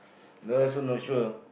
that one also not sure